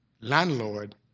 landlord